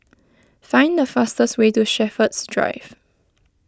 find the fastest way to Shepherds Drive